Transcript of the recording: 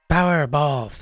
Powerball